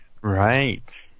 right